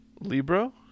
Libro